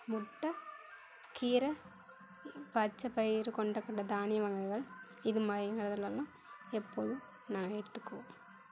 முட்டை கீரை பச்சைப்பயிறு கொண்டக்கடலை தானிய வகைகள் இது மாதிரி எல்லாம் எப்போதும் நாங்கள் எடுத்துக்குவோம்